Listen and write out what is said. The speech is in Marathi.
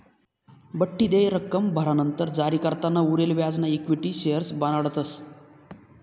बठ्ठी देय रक्कम भरानंतर जारीकर्ताना उरेल व्याजना इक्विटी शेअर्स बनाडतस